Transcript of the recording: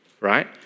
right